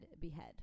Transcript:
behead